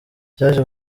byaje